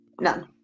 None